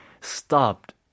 stopped